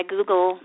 Google